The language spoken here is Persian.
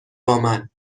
بامن